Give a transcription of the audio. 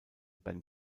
ben